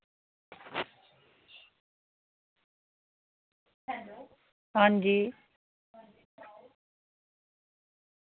hello हां जी